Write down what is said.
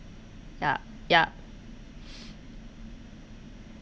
ya ya